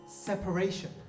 separation